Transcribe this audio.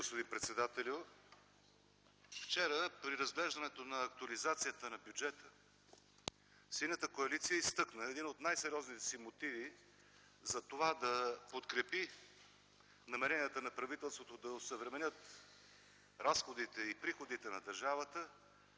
Благодаря Ви, господин председателю. Вчера при разглеждането на актуализацията на бюджета Синята коалиция изтъкна един от най-сериозните си мотиви за това да подкрепи намеренията на правителството да осъвременят разходите и приходите на държавата